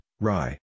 rye